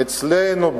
אצלנו,